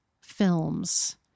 films